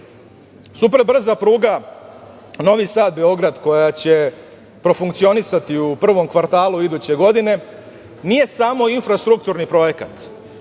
Super brza pruga Novi Sad-Beograd, koja će profunkcionisati u prvom kvartalu iduće godine, nije samo infrastrukturni projekat.